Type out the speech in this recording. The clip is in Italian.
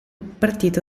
partito